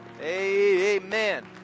Amen